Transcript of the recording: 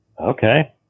Okay